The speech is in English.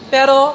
Pero